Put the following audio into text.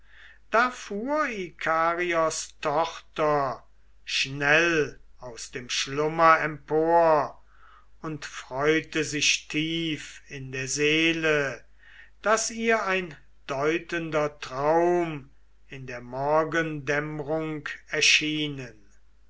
fuhr ikarios tochter schnell aus dem schlummer empor und freute sich tief in der seele daß ihr ein deutender traum in der morgendämmrung erschienen